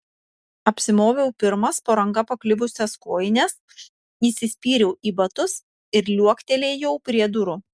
apsimoviau pirmas po ranka pakliuvusias kojines įsispyriau į batus ir liuoktelėjau prie durų